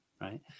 right